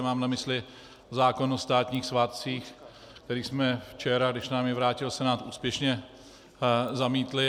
Mám na mysli zákon o státních svátcích, který jsme včera, když nám jej vrátil Senát, úspěšně zamítli.